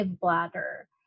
bladder